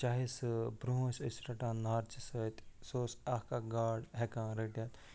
چاہے سُہ برٛونٛہہ ٲسۍ أسۍ رَٹان نارچہِ سۭتۍ سُہ اوس اکھ اکھ گاڈ ہٮ۪کان رٔٹِتھ